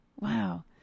Wow